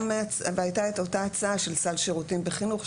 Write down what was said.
והייתה את אותה הצעה של סל שירותים בחינוך,